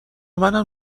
منم